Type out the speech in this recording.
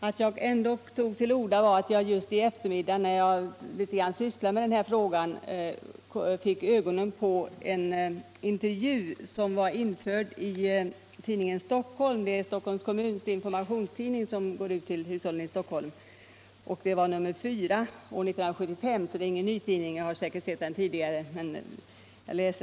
Att jag ändå tar till orda beror på att jag, när jag i eftermiddags sysslade med den här frågan, fick ögonen på en intervju i Tidningen Stockholm, nr 4 1975. Det är Stockholms kommuns informationstidning, som går ut till hushållen i Stockholm. Jag blev ganska tagen av denna intervju.